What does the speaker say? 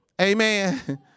Amen